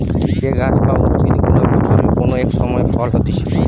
যে গাছ বা উদ্ভিদ গুলা বছরের কোন এক সময় ফল হতিছে